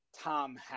Tom